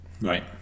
Right